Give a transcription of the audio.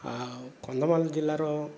ଆଉ କନ୍ଧମାଲ ଜିଲ୍ଲାର